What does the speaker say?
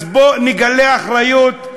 אז בואו נגלה אחריות,